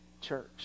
church